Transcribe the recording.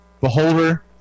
Beholder